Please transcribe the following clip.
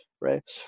right